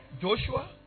Joshua